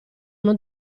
non